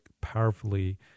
powerfully